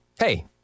Hey